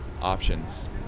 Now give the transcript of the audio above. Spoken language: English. options